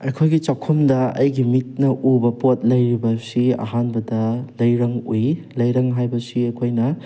ꯑꯩꯈꯣꯏꯒꯤ ꯆꯥꯛꯈꯨꯝꯗ ꯑꯩꯒꯤ ꯃꯤꯠꯅ ꯎꯕ ꯄꯣꯠ ꯂꯩꯔꯤꯕꯁꯤ ꯑꯍꯥꯟꯕꯗ ꯂꯩꯔꯪ ꯎꯏ ꯂꯩꯔꯪ ꯍꯥꯏꯕꯁꯤ ꯑꯩꯈꯣꯏꯅ